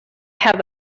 have